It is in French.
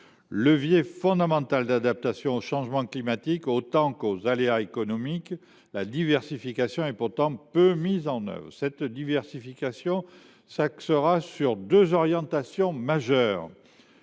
Levier fondamental d’adaptation au changement climatique autant qu’aux aléas économiques, la diversification est pourtant peu mise en œuvre. Elle doit s’articuler autour de deux orientations.